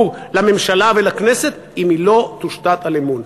לממשלה ולכנסת אם היא לא תושתת על אמון?